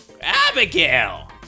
Abigail